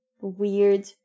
weird